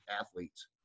athletes